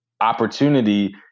opportunity